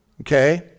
okay